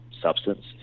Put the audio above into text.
substance